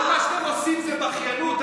כל מה שאתם עושים זה בכיינות.